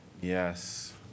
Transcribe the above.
Yes